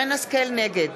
נגד